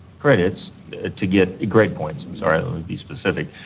credits to get grade points i'm sorry. let me be specific.